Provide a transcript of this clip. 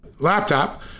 Laptop